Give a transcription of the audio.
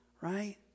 right